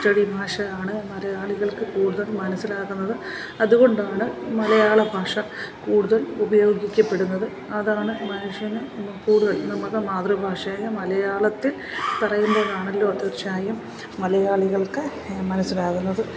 അച്ചടി ഭാഷ ആണ് മലയാളികൾക്ക് കൂടുതൽ മനസിലാകുന്നത് അതുകൊണ്ടാണ് മലയാള ഭാഷ കൂടുതൽ ഉപയോഗിക്കപ്പെടുന്നത് അതാണ് മനുഷ്യന് കൂടുതൽ നമുക്ക് മാതൃഭാഷയായ മലയാളത്തിൽ പറയുമ്പോഴാണല്ലോ തീർച്ചയായും മലയാളികൾക്ക് മനസിലാകുന്നത്